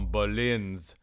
Berlin's